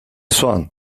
swan